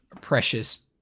precious